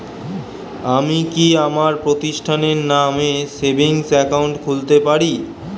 আমি কি আমার প্রতিষ্ঠানের নামে সেভিংস একাউন্ট খুলতে পারি?